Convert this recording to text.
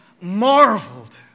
marveled